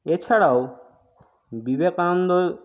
এছাড়াও বিবেকানন্দ